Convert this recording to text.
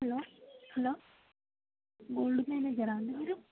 hello hello gold మేనేజరా అండీ మీరు